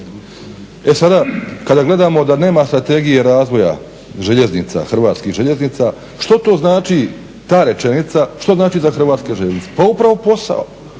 E sada kada gledamo da nema strategije razvoja željeznica, hrvatskih željeznica, što to znači ta rečenica, što znači za hrvatske željeznice? Pa upravo posao.